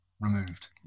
removed